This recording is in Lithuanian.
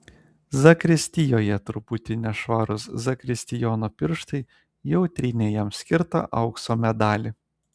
zakristijoje truputį nešvarūs zakristijono pirštai jau trynė jam skirtą aukso medalį